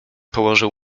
położył